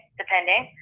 depending